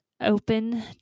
open